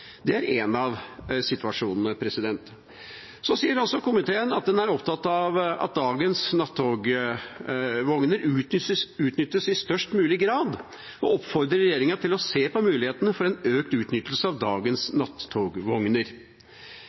Det er én av situasjonene. Komiteen sier også at den er opptatt av at dagens nattogvogner utnyttes i størst mulig grad, og oppfordrer regjeringa til å se på mulighetene for en økt utnyttelse av dagens nattogvogner.